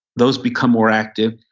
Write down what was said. those become more active.